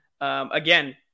again